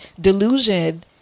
delusion